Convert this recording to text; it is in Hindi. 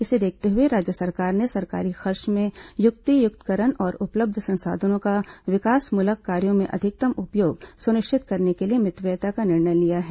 इसे देखते हुए राज्य सरकार ने सरकारी खर्च के युक्तियुक्तकरण और उपलब्ध संसाधनों का विकासमूलक कार्यों में अधिकतम उपयोग सुनिश्चित करने के लिए मितव्यता का निर्णय लिया है